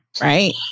right